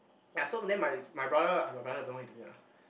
ya so then my my brother I have a brother don't know what he doing lah